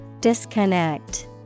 Disconnect